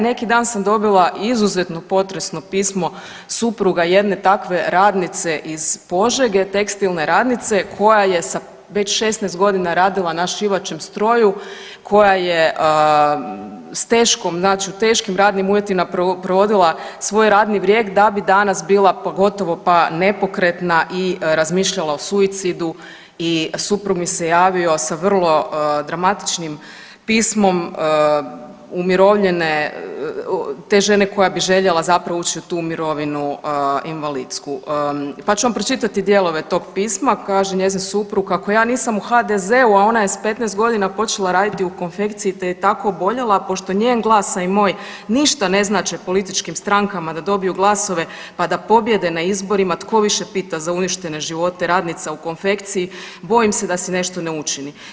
Neki dan sam dobila izuzetno potresno pismo supruga jedne takve radnice iz Požege, tekstilne radnice koja je sa, već 16 godina radila na šivačem stroju, koja je s teškom, znači u teškim radnim uvjetima provodila svoj radni vijek, da bi danas bila pa gotovo pa nepokretna i razmišljala o suicidu i suprug mi se javio sa vrlo dramatičnim pismom umirovljene te žene koja bi željela zapravo ući u tu mirovinu invalidsku pa ću vam pročitati dijelove tog pisma, kaže njezin suprug, kako ja nisam u HDZ-u, a ona je s 15 godina počela raditi u konfekciji te je tako oboljela, pošto njen glas, a i moj, ništa ne znače političkim strankama da dobiju glasove pa da pobijede na izborima, tko više pita za uništene živote radnica u konfekciji, bojim se da si nešto ne učini.